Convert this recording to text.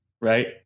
right